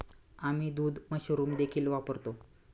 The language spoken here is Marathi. आम्ही दूध मशरूम देखील वापरतो